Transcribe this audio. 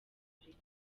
afurika